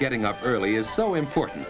getting up early is so important